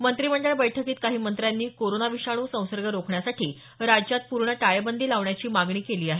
मंत्रीमंडळ बैठकीत काही मंत्र्यांनी कोरोना विषाष् संसर्ग रोखण्यासाठी राज्यात पूर्ण टाळेबंदी लावण्याची मागणी केली आहे